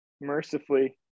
mercifully